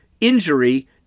injury